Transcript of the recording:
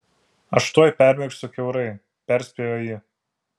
aš tuoj permirksiu kiaurai perspėjo ji